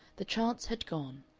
the chance had gone.